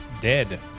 dead